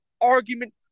argument